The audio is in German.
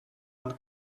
und